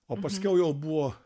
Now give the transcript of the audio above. o paskiau jau buvo